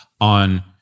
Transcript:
on